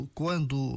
quando